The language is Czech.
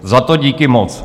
Za to díky moc.